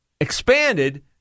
expanded